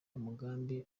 umugambi